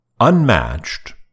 Unmatched